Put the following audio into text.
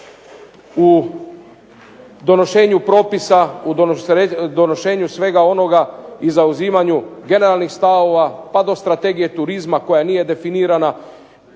u donošenju propisa, donošenju svega onoga i zauzimanju generalnih stavova pa do strategije turizma koja nije definirana